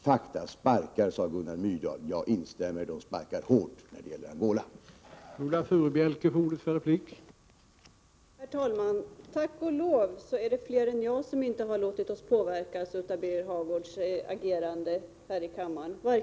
Fakta sparkar, sade Gunnar Myrdal. Jag instämmer — de sparkar hårt när det gäller Angola.